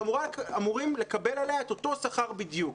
שאמורים לקבל עליה את אותו שכר בדיוק.